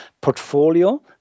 portfolio